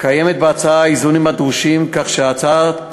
קיימים בהצעה האיזונים הדרושים כך שההצעה